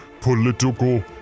political